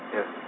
Yes